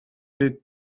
que